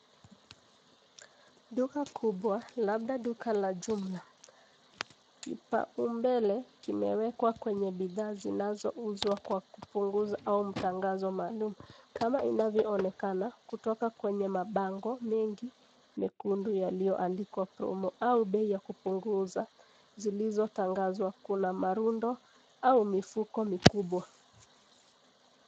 Duka kubwa labda duka la jumla. Kipaumbele kimewekwa kwenye bidhaa zinazouzwa kwa kupunguza au matangazo maalum. Kama inavyoonekana kutoka kwenye mabango mengi mekundu yaliyoandikwa promo au bei ya kupunguza zilizotangazwa kuna marundo au mifuko mikubwa.